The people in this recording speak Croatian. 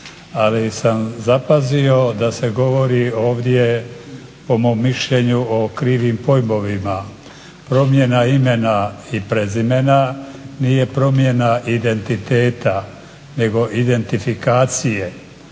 Ali sam zapazio da se govori ovdje po mom mišljenju o krivim pojmovima. Promjena imena i prezimena nije promjena identiteta, nego identifikacije.